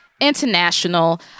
International